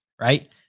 right